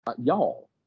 Y'all